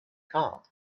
called